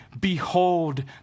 behold